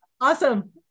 awesome